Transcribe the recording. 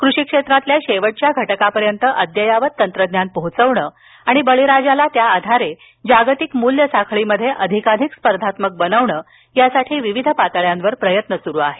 कृषिक्षेत्रातील शेवटच्या घटकापर्यंत अद्ययावत तंत्रज्ञान पोहोचविणं आणि बळीराजाला त्या आधारे जागतिक मूल्यसाखळीमध्ये अधिक अधिक स्पर्धात्मक बनविणं यासाठी विविध पातळ्यांवर प्रयत्न सुरु आहेत